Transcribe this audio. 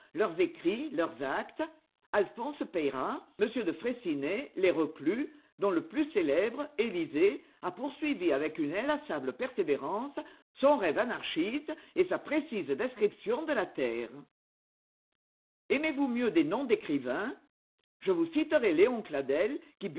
leurs écrits leurs actes alphonse peyrat m de freycinet les reclus dont le plus célèbre elisée a poursuivi avec une inlassable persévérance son rêve anarchiste et sa précise description de la terre aimez-vous mieux des noms d'écrivains je vous citerai léon cladel qui